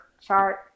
chart